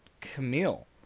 Camille